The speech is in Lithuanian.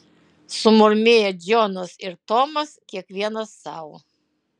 sumurmėję džonas ir tomas kiekvienas sau